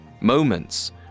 moments